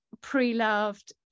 pre-loved